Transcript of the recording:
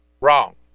Wrong